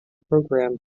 program